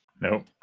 No